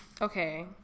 okay